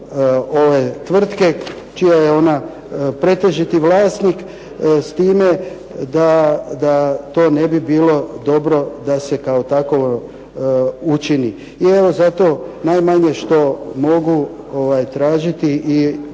ove tvrtke čija je ona pretežiti vlasnik s time da to ne bi bilo dobro da se kao takvo učini. I evo zato najmanje što mogu tražiti i